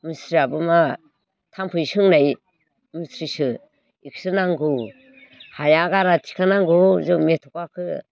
मुस्रियाबो मा थाम्फै सोंनाय मुस्रिसो बिखोसो नांगौ हायागारा थिखांनांग' जों मेथ'खाखो